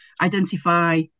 identify